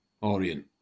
Orient